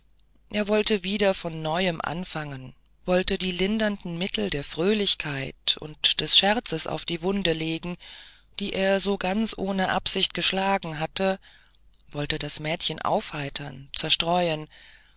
er wollte wieder von neuem anfangen wollte die lindernden mittel der fröhlichkeit und des scherzes auf die wunde legen die er so ganz ohne absicht geschlagen hatte wollte das mädchen aufheitern zerstreuen